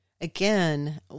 again